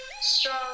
Strong